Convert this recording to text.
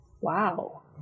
wow